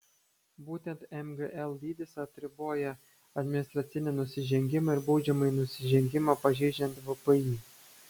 būtent mgl dydis atriboja administracinį nusižengimą ir baudžiamąjį nusižengimą pažeidžiant vpį